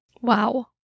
Wow